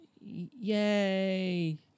Yay